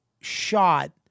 shot